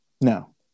No